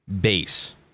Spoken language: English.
base